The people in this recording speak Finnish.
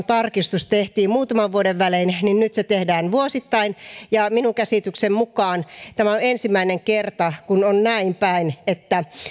tarkistus tehtiin muutaman vuoden välein niin nyt se tehdään vuosittain minun käsitykseni mukaan tämä on ensimmäinen kerta kun on näinpäin että